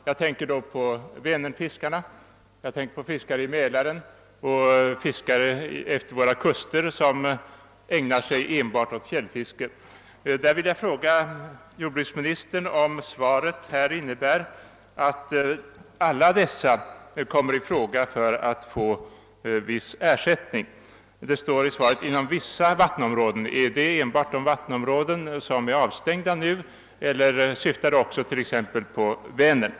Jag tänker då på vänernfiskarna, fiskarna i Mälaren och fiskarna utefter våra kuster som ägnar sig enbart åt s.k. fjällfiske. Jag vill fråga jordbruksministern om svaret innebär att alla dessa kategorier kommer i fråga för att få ersättning. Det står i svaret att det skall gälla fiskare inom vissa vattenområden. Är det enbart de vattenområden som nu är avstängda, eller syftar det också på t.ex. Vänern?